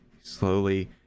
slowly